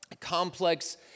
complex